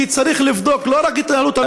כי צריך לבדוק לא רק את התנהלות המשטרה,